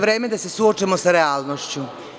Vreme je da se suočimo sa realnošću.